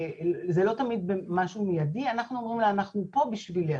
זה לא תמיד משהו מיידי אבל אנחנו אומרים לה "אנחנו פה בשבילך".